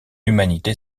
humanité